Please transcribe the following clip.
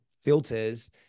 filters